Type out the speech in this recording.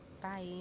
bye